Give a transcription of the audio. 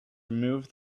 remove